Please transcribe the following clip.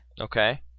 Okay